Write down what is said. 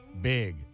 big